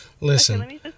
Listen